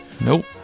Nope